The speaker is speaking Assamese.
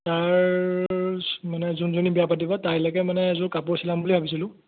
তাৰ মানে যোনজনী বিয়া পাতিব তাইলৈকে মানে এযোৰ কাপোৰ চিলাম বুলি ভাবিছিলোঁ